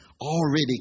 Already